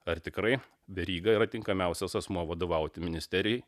ar tikrai veryga yra tinkamiausias asmuo vadovauti ministerijai